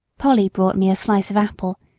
polly brought me a slice of apple,